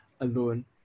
alone